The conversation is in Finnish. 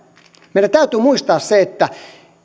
meidän täytyy muistaa se että